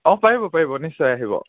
অঁ পাৰিব পাৰিব নিশ্চয় আহিব